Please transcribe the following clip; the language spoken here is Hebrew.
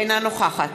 אינה נוכחת